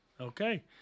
Okay